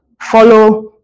follow